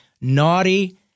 naughty